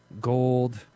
gold